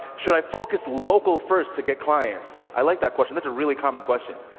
should i focus local first to get clients? i like that question that's a really common question.